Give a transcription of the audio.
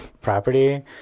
property